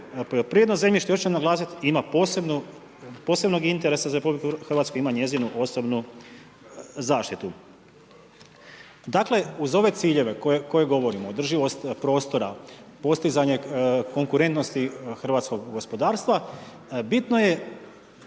poljoprivredno zemljište ima posebnog interesa za RH ima njezinu osobnu zaštitu. Dakle, uz ove ciljeve koje govorimo, održivost prostora, postizanje konkurentnosti hrvatskog gospodarstva, bitno je,